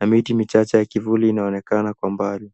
na miti michache ya kivuli juu inaonekana kwa mbali.